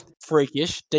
freakish